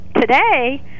today